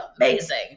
amazing